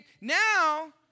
now